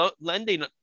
lending